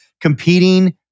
competing